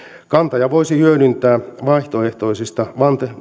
kantaja voisi hyödyntää vaihtoehtoisista